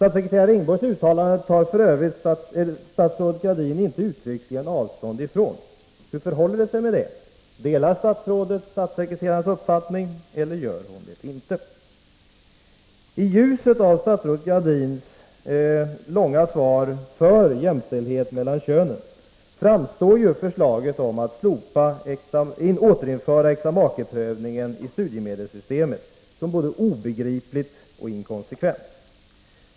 Statsrådet Gradin tar f. ö. inte uttryckligen avstånd från statssekreterare Ringborgs uttalande. Hur förhåller det sig? Delar statsrådet statssekreterarens uppfattning, eller gör hon det inte? Tljuset av statsrådet Gradins långa svar där hon uttalar sig för jämställdhet mellan könen framstår förslaget om att återinföra äktamakeprövningen i studiemedelssystemet som både obegripligt och inkonsekvent.